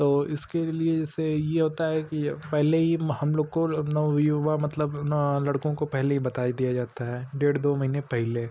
तो इसके लिए जैसे यह होता है कि पहले ही हमलोग को अब नवयुवक मतलब लड़कों को पहले ही बता दिया जाता है डेढ़ दो महीने पहले